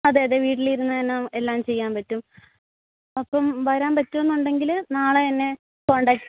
അതെ അതെ വീട്ടിലിരുന്ന് തന്നെ എല്ലാം ചെയ്യാൻ പറ്റും അപ്പം വരാൻ പറ്റും എന്നുണ്ടെങ്കിൽ നാളെ എന്നെ കോൺടാക്ട്